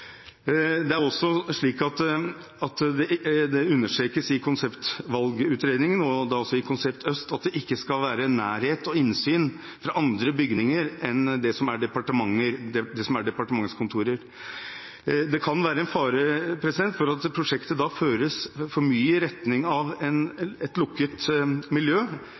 Det understrekes også i konseptvalgutredningen og i Konsept Øst at det ikke skal være nærhet og innsyn fra andre bygninger enn de som rommer departementskontorer. Det kan være en fare for at prosjektet da føres for mye i retning av et lukket miljø